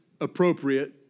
appropriate